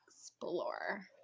explore